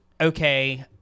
okay